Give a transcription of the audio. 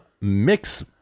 Mix